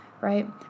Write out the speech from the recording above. right